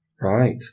Right